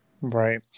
Right